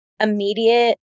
immediate